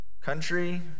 country